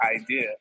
idea